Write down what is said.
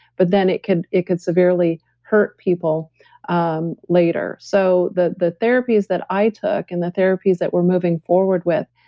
but then it could it could severely hurt people um later so the the therapies that i took and the therapies that we're moving forward with,